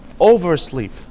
oversleep